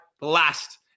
last